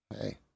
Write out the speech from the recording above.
Hey